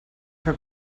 que